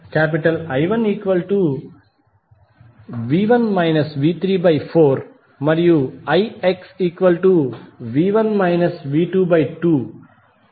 I1 V1 V34 మరియు ix V1 V22